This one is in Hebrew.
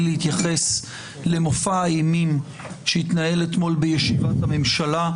להתייחס למופע האימים שהתנהל אתמול בישיבת הממשלה,